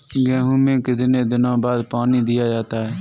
गेहूँ में कितने दिनों बाद पानी दिया जाता है?